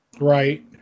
Right